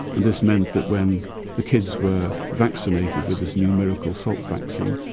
this meant that when the kids were vaccinated with this new miracle salk vaccine,